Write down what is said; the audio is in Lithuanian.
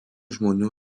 žmonių